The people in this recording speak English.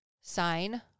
sign